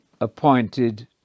appointed